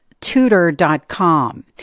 Tutor.com